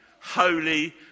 holy